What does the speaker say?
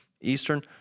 eastern